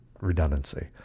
redundancy